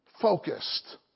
focused